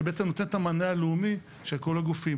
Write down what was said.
שבעצם נותן את המענה הלאומי של כל הגופים.